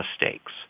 mistakes